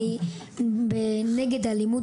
אני באמת נגד אלימות.